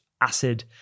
acid